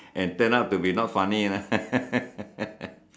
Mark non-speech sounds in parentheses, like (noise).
and turn out to not be funny lah (laughs)